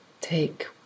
take